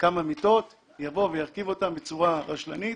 כמה מיטות ירכיב אותן בצורה רשלנית.